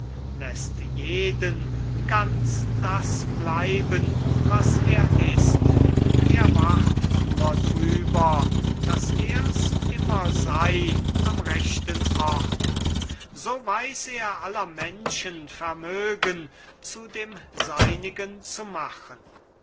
läßt jeden ganz das bleiben was er ist er wacht nur drüber daß ers immer sei am rechten ort so weiß er aller menschen vermögen zu dem seinigen zu machen